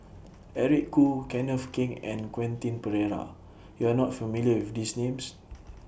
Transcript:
Eric Khoo Kenneth Keng and Quentin Pereira YOU Are not familiar with These Names